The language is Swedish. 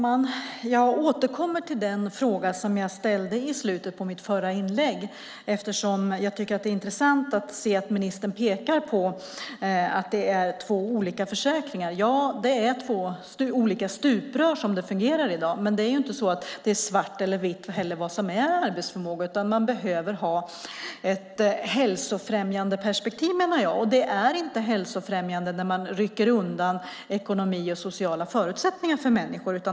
Herr talman! Jag återkommer till den fråga som jag ställde i slutet av mitt förra inlägg, eftersom jag tycker att det är intressant att notera att ministern pekar på att det är två olika försäkringar. Som det fungerar i dag är det två olika stuprör, men det är inte heller svart eller vitt vad som är arbetsförmåga. Man behöver ha ett hälsofrämjande perspektiv, menar jag. Det är inte hälsofrämjande att rycka undan ekonomi och sociala förutsättningar för människor.